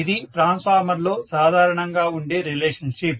ఇది ట్రాన్స్ఫార్మర్ లో సాధారణంగా ఉండే బాంధవ్యం